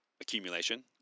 accumulation